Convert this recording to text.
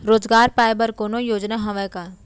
रोजगार पाए बर कोनो योजना हवय का?